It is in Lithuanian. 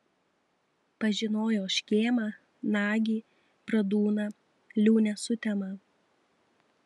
pažinojo škėmą nagį bradūną liūnę sutemą